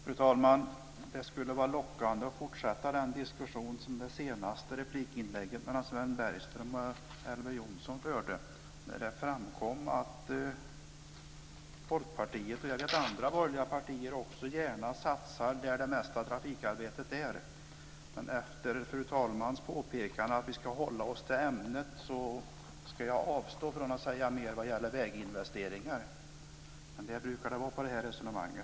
Fru talman! Det skulle vara lockande att fortsätta den diskussion som fördes i det senaste replikskiftet mellan Sven Bergström och Elver Jonsson. Det framkom där att Folkpartiet - och också, vet jag, andra borgerliga partier - gärna satsar där det mesta trafikarbetet finns. Men efter fru talmannens påpekande om att vi ska hålla oss till ämnet ska jag avstå från att säga mer om väginvesteringar.